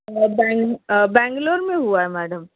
being Bangalore میں ہوا ہے میڈم